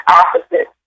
opposite